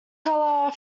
color